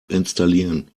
installieren